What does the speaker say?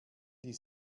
die